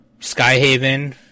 Skyhaven